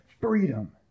freedom